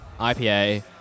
IPA